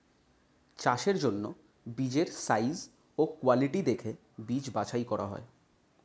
চাষের জন্য বীজের সাইজ ও কোয়ালিটি দেখে বীজ বাছাই করা হয়